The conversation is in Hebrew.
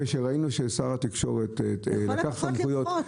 כשראינו ששר התקשורת לקח סמכויות --- לכל הפחות למחות.